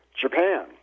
Japan